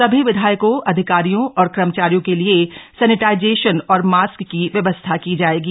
सभी विधायकों अधिकारियों और कर्मचारियों के लिए सैनीटाइजेशन और मास्क की व्यवस्था की जायेगी